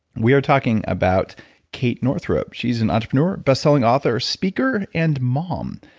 we are talking about kate northrup. she's an entrepreneur, bestselling author, speaker and mom.